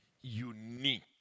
unique